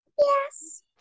Yes